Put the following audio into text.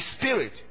Spirit